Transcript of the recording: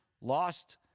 lost